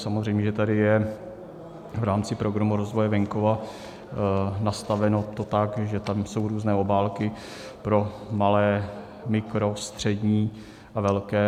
Samozřejmě že tady je to v rámci Programu rozvoje venkova nastaveno tak, že tam jsou různé obálky pro malé, mikro, střední a velké.